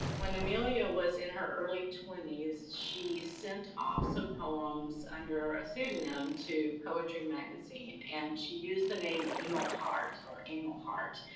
when amelia was in her early twenty s, she sent off some poems under a pseudonym to poetry magazine and she used the name emil heart, or amil heart,